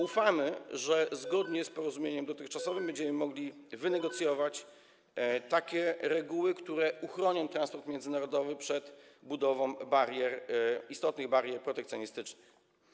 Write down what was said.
Ufamy, że zgodnie z porozumieniem dotychczasowym będziemy mogli wynegocjować takie reguły, które uchronią transport międzynarodowy przed budową barier, istotnych barier protekcjonistycznych.